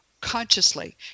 consciously